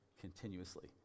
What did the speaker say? continuously